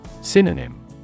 Synonym